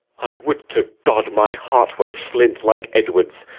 i would to god my heart were flint, like edward's,